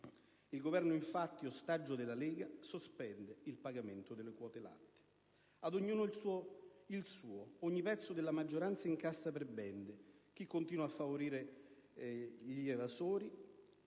Il Governo infatti, ostaggio della Lega, sospende il pagamento delle quote latte. Ad ognuno il suo. Ogni pezzo della maggioranza incassa prebende. Chi continua a favorire gli evasori,